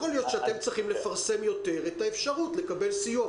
יכול להיות שאתם צריכים לפרסם יותר את האפשרות לקבל סיוע,